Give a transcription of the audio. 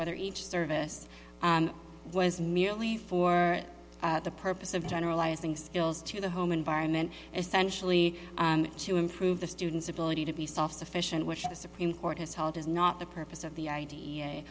whether each service was merely for the purpose of generalizing skills to the home environment essentially to improve the student's ability to be self sufficient which the supreme court has held is not the purpose of the i